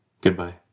Goodbye